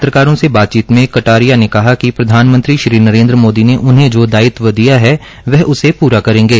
पत्रकारों से आतचीत में कटारिया ने कहा कि प्रधानमंत्री श्री नरेन्द्र मोदी ने उन्हें जो दायित्व दिया है वह उसे पूरा करेंगे